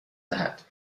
دهد